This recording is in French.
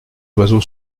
oiseaux